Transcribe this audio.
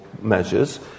measures